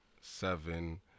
seven